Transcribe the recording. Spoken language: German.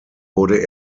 wurde